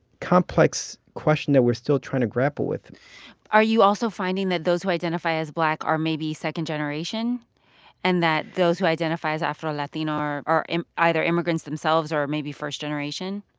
complex question that we're still trying to grapple with are you also finding that those who identify as black are maybe second generation and that those who identify as afro-latino are are either immigrants themselves or or maybe first generation?